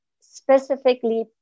specifically